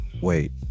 wait